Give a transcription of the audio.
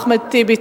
אחמד טיבי,